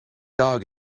dog